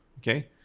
Okay